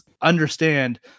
understand